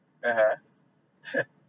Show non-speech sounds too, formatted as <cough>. (uh huh) <laughs>